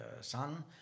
son